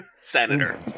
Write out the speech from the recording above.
Senator